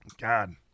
God